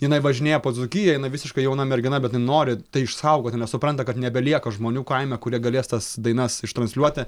jinai važinėja po dzūkiją jinai visiškai jauna mergina bet ji nori išsaugoti nes supranta kad nebelieka žmonių kaime kurie galės tas dainas ištransliuoti